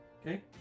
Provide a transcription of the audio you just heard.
Okay